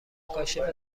کاشف